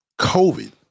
COVID